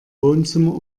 wohnzimmer